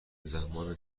زمان